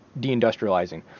deindustrializing